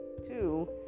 Two